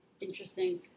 Interesting